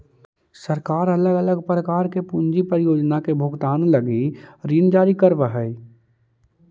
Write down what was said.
सरकार अलग अलग प्रकार के पूंजी परियोजना के भुगतान लगी ऋण जारी करवऽ हई